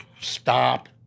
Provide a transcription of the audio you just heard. stop